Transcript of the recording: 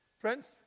Friends